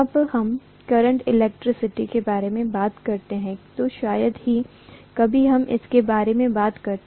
जब हम current electricity के बारे में बात करते हैं तो शायद ही कभी हम इसके बारे में बात करते हैं